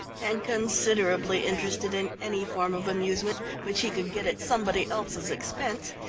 and considerably interested in any form of amusement which he could get at somebody else's expense,